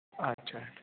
ਅੱਛਾ